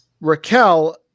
Raquel